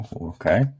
Okay